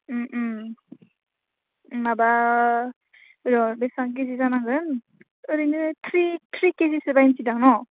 उम उम माबा र' बिसिबां गिदिर जानांगोन ओरैनो थ्रि किजिसो बायनोसैदां न'